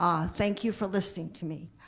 um thank you for listening to me.